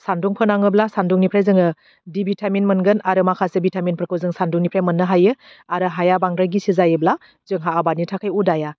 सानदुं फोनाङोब्ला सानदुंनिफ्राय जोङो डि भिटामिन मोनगोन आरो माखासे भिटामिन फोरखौ जों सानदुंनिफ्राय मोननो हायो आरो हाया बांद्राय गिसि जायोब्ला जोंहा आबादनि थाखाय उदाया